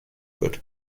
wird